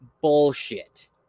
bullshit